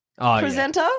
presenter